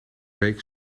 week